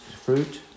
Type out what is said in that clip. fruit